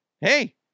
Hey